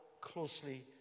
closely